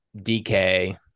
DK